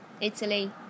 Italy